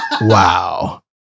Wow